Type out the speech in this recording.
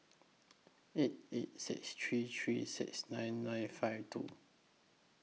eight eight six three three six nine nine five two